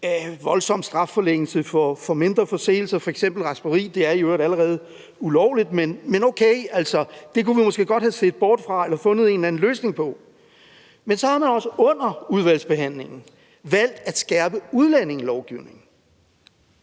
voldsom strafforlængelse for mindre forseelser, f.eks. rapseri – og det er i øvrigt allerede ulovligt, men okay, det kunne vi måske godt have set bort fra eller fundet en eller anden løsning på. Men så har man også under udvalgsbehandlingen valgt at skærpe udlændingelovgivningen